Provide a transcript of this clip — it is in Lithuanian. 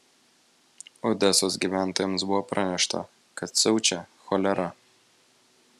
odesos gyventojams buvo pranešta kad siaučia cholera